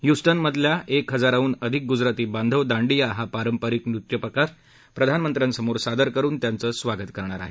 ह्युस्टनमधेल एक हजाराहून अधिक गुजराती बांधव दांडिया हा पारंपारिक नृत्यप्रकार प्रधानमंत्र्यासमोर सादर करुन त्यांचं स्वागत करणार आहेत